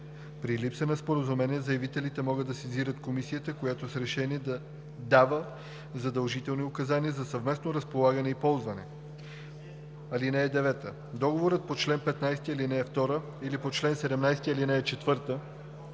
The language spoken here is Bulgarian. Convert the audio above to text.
При липса на споразумение заявителите могат да сезират Комисията, която с решение дава задължителни указания за съвместно разполагане и ползване. (9) Договорът по чл. 15, ал. 2 или по чл. 17, ал. 4